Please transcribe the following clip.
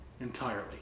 entirely